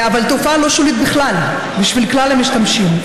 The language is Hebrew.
אבל תופעה לא שולית בכלל בשביל כלל המשתמשים,